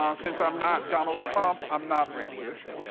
um since i'm not donald trump, i'm not racist,